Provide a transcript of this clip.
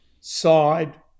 side